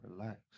relax